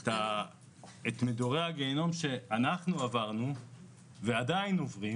ואת גיהינום שעברנו ואנחנו עדיין עוברים